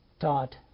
taught